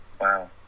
Wow